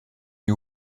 you